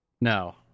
No